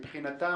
מבחינתם,